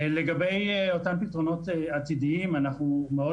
לגבי אותם פתרונות עתידיים אנחנו מאוד